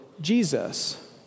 Jesus